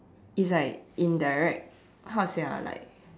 it's like indirect how to say ah like